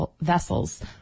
vessels